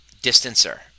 Distancer